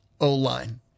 O-line